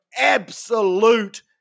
absolute